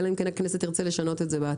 אלא אם כן הכנסת תרצה לשנות את זה בעתיד.